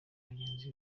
bagenzi